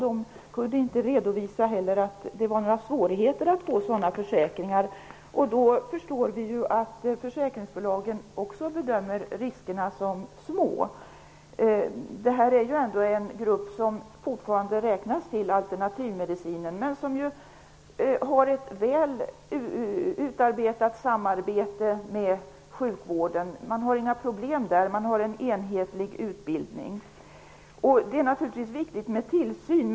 De kunde inte heller påvisa några svårigheter att få försäkring. Då förstår vi att försäkringsbolagen också bedömer riskerna som små. Det här är ändå en grupp som fortfarande räknas till alternativmedicinen men som har ett väl utarbetat samarbete med sjukvården. Man har inga problem där. Man har en enhetlig utbildning. Det är naturligtvis viktigt med tillsyn.